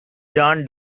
jon